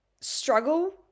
struggle